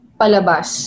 palabas